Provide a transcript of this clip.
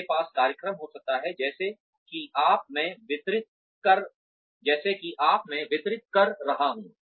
आपके पास कार्यक्रम हो सकते हैं जैसे कि अब मैं वितरित कर रहा हूँ